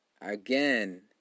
again